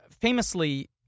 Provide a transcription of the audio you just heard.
famously